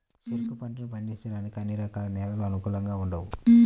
చెరుకు పంటను పండించడానికి అన్ని రకాల నేలలు అనుకూలంగా ఉండవు